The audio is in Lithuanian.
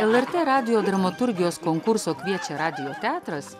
lrt radijo dramaturgijos konkurso kviečia radijo teatras